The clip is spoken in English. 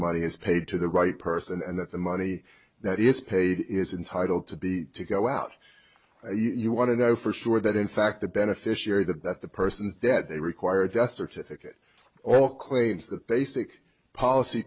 money is paid to the right person and that the money that is paid is entitle to be to go out you want to know for sure that in fact the beneficiary that that the person's dead they require a death certificate all claims the basic policy